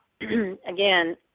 again